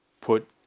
put